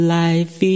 life